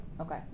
Okay